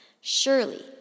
surely